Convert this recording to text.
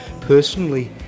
personally